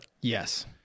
Yes